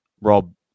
Rob